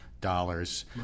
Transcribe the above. dollars